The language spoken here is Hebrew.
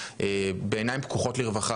בעיניים פקוחות לרווחה.